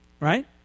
right